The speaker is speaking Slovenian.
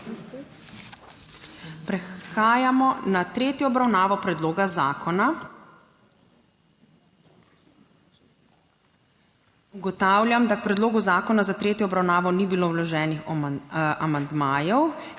Prehajamo na tretjo obravnavo predloga zakona. Ugotavljam, da k predlogu zakona za tretjo obravnavo ni bilo vloženih amandmajev.